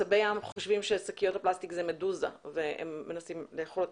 צבי הים חושבים ששקיות הן מדוזה והם מנסים לאכול אותן.